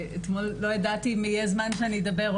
לא ידעתי אם יהיה זמן שאני אדבר,